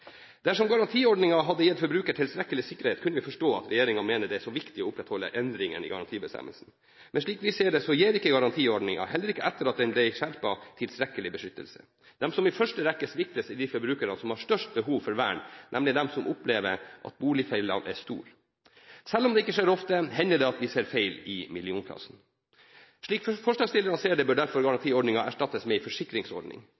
Dersom garantiordningen hadde gitt forbruker tilstrekkelig sikkerhet, kunne vi forstå at regjeringen mener det er så viktig å opprettholde endringen i garantibestemmelsen. Men slik vi ser det, gir ikke garantiordningen – heller ikke etter at den ble skjerpet – tilstrekkelig beskyttelse. De som i første rekke sviktes, er de forbrukere som har størst behov for vern, nemlig de som opplever at boligfeilene er store. Selv om det ikke skjer ofte, hender det at vi ser feil i millionklassen. Slik forslagsstillerne ser det, bør derfor